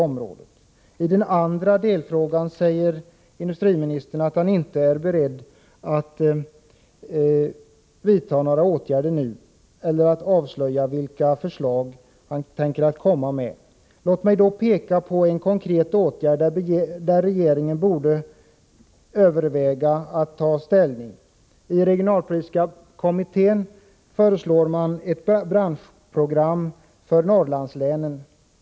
Som svar på den andra delfrågan säger industriministern att han inte är beredd att nu vidta några åtgärder eller att avslöja vilka förslag han tänker komma med. Låt mig peka på en konkret åtgärd som regeringen borde överväga att ta ställning till. Regionalpolitiska kommittén föreslår ett branschprogram för Norrlandslänen.